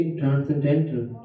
transcendental